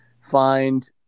find